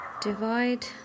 Divide